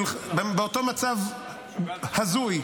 באותו מצב הזוי,